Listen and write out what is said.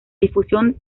difusión